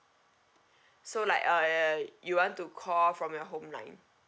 so like uh you want to call from your home line